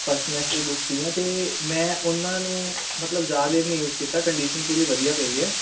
first semester ਦੀ books ਸੀਗੀਆਂ ਅਤੇ ਮੈਂ ਉਹਨਾਂ ਨੂੰ ਮਤਲਬ ਜ਼ਿਆਦਾ ਨਹੀਂ ਯੂਜ ਕੀਤਾ ਕੰਡੀਸ਼ਨ ਪੂਰੀ ਵਧੀਆ ਪਈ ਹੈ